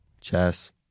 chess